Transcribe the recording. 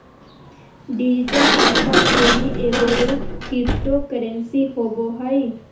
digital पैसा के ही एगो रूप क्रिप्टो करेंसी होवो हइ